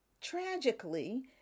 tragically